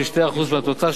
של 2% מהתוצר,